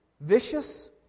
vicious